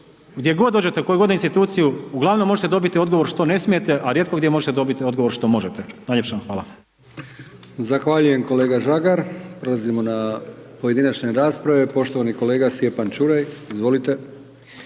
gdje god dođete u koju god instituciju uglavnom možete dobiti odgovor što ne smijete, a rijetko gdje možete dobiti odgovor što možete. Najljepša vam hvala. **Brkić, Milijan (HDZ)** Zahvaljujem kolega Žagar. Prelazimo na pojedinačne rasprave poštovani kolega Stjepan Ćuraj, izvolite.